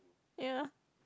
ya